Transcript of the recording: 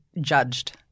judged